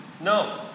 No